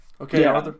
Okay